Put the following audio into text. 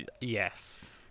yes